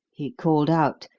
he called out,